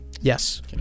Yes